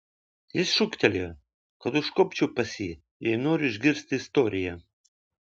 jis šūktelėjo kad užkopčiau pas jį jei noriu išgirsti istoriją